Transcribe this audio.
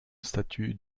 statut